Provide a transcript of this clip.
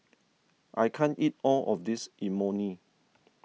I can't eat all of this Imoni